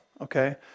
Okay